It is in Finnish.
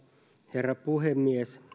herra puhemies